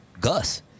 Gus